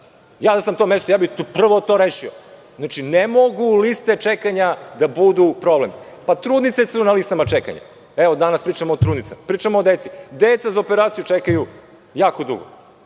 sam ja na tom mestu, ja bih prvo to rešio. Ne mogu liste čekanja da budu problem. I trudnice su na listi čekanja, danas pričamo o trudnicama, pričamo o deci, deca za operaciju čekaju jako